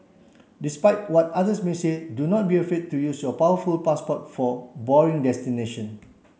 despite what others may say do not be afraid to use your powerful passport for boring destination